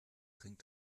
dringt